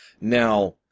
Now